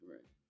Right